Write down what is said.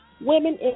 women